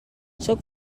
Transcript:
sóc